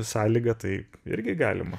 sąlyga tai irgi galima